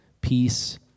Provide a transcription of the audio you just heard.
peace